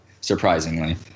surprisingly